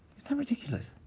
is that ridiculous?